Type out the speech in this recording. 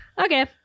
okay